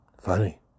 Funny